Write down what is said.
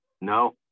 No